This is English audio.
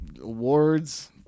awards